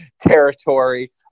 territory